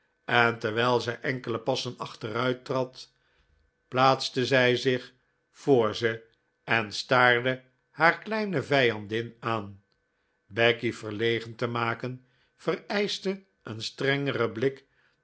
en terwijl zij enkele passen achteruit trad plaatste zij zich voor ze en staarde haar kleine vijandin aan becky verlegen te maken vereischte een strengeren blik